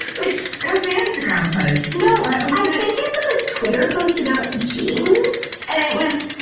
which it was the instagram post no, i think it was a twitter post about jeans. and it was,